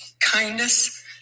kindness